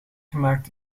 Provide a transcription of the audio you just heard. gemaakt